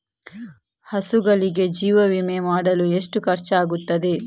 ಹಸುಗಳಿಗೆ ಜೀವ ವಿಮೆ ಮಾಡಲು ಎಷ್ಟು ಖರ್ಚಾಗುತ್ತದೆ?